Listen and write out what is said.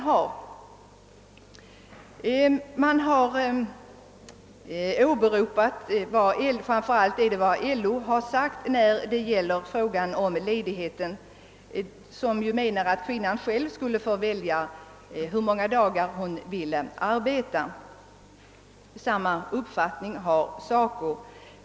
Beträffande ledigheten har man framför allt åberopat LO, som ju menar att kvinnan själv skulle få bestämma det antal dagar av 180 möjliga som hon önskar arbeta och samma uppfattning har SACO.